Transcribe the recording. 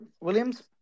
Williams